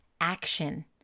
action